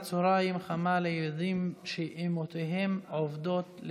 צוהריים חמה לילדים שאימהותיהן עובדות,